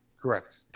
Correct